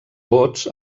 bots